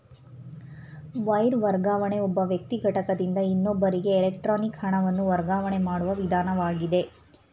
wire ವರ್ಗಾವಣೆ ಒಬ್ಬ ವ್ಯಕ್ತಿ ಘಟಕದಿಂದ ಇನ್ನೊಬ್ಬರಿಗೆ ಎಲೆಕ್ಟ್ರಾನಿಕ್ ಹಣವನ್ನು ವರ್ಗಾವಣೆ ಮಾಡುವ ವಿಧಾನವಾಗಿದೆ